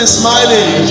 smiling